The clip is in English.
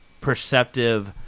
perceptive